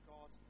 God